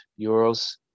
Euros